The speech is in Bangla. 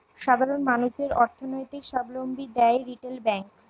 সাধারণ মানুষদের অর্থনৈতিক সাবলম্বী দ্যায় রিটেল ব্যাংক